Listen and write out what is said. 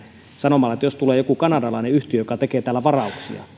sanomalla että jos tulee joku kanadalainen yhtiö joka tekee täällä varauksia